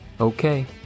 Okay